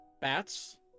bats